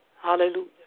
Hallelujah